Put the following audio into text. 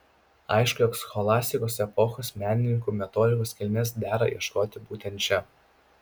aišku jog scholastikos epochos menininkų metodikos kilmės dera ieškoti būtent čia